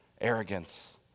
arrogance